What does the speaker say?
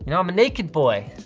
you know i'm a naked boy.